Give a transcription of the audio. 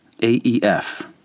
AEF